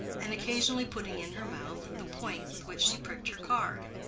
and occasionally putting in her mouth the point with which she pricked her card?